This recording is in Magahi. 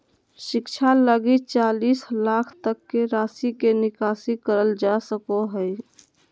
शिक्षा लगी चालीस लाख तक के राशि के निकासी करल जा सको हइ